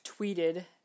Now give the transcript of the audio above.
tweeted